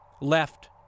left